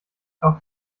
auf